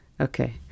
Okay